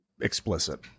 explicit